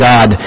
God